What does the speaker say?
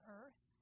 earth